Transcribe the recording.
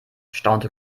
staunte